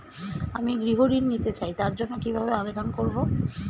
আমি গৃহ ঋণ নিতে চাই তার জন্য কিভাবে আবেদন করব?